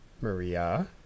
Maria